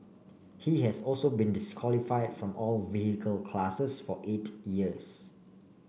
he has also been disqualify from all vehicle classes for eight years